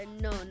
no